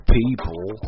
people